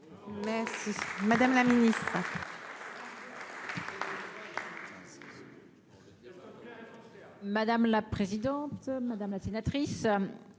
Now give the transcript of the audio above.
merci, même la ministre. Madame la présidente, madame la sénatrice,